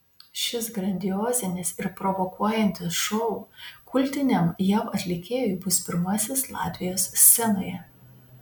šis grandiozinis ir provokuojantis šou kultiniam jav atlikėjui bus pirmasis latvijos scenoje